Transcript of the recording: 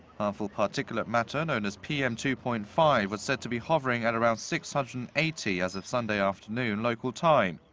harmful particulate matter known as pm two point five was said to be hovering at around six hundred and eighty as of sunday afternoon, local time.